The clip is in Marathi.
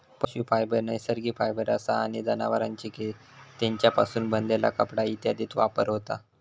पशू फायबर नैसर्गिक फायबर असा आणि जनावरांचे केस, तेंच्यापासून बनलेला कपडा इत्यादीत वापर होता